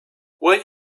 will